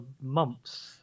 months